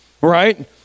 right